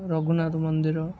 ରଘୁନାଥ ମନ୍ଦିର